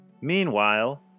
Meanwhile